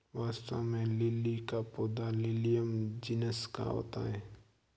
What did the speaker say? वास्तव में लिली का पौधा लिलियम जिनस का होता है